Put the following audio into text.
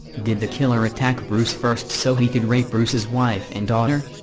did the killer attack bruce first so he could rape bruce's wife and daughter?